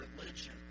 religion